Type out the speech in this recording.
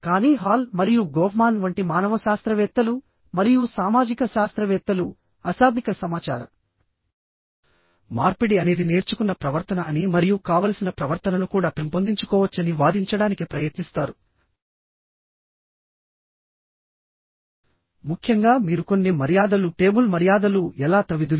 కానీ హాల్ మరియు గోఫ్మాన్ వంటి మానవ శాస్త్రవేత్తలు మరియు సామాజిక శాస్త్రవేత్తలుఅశాబ్దిక సమాచార మార్పిడి అనేది నేర్చుకున్న ప్రవర్తన అని మరియు కావలసిన ప్రవర్తనను కూడా పెంపొందించుకోవచ్చని వాదించడానికి ప్రయత్నిస్తారుముఖ్యంగా మీరు కొన్ని మర్యాదలు టేబుల్ మర్యాదలుఎలా తవిధులు